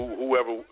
whoever